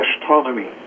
astronomy